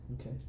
Okay